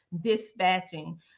dispatching